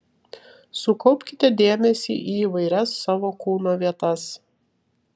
sukaupkite dėmesį į įvairias savo kūno vietas